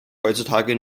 heutzutage